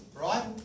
Right